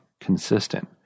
consistent